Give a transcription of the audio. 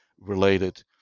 related